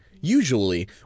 usually